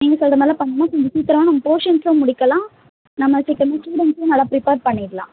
நீங்க சொல்ற மாதிரிலாம் பண்ணிணா கொஞ்சம் சீக்கிரமாக போர்ஷன்ஸும் முடிக்கலாம் நம்ம சீக்கிரமாக ஸ்டுடெண்ட்ஸும் நல்லா பிரிப்பர் பண்ணிடலாம்